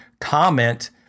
comment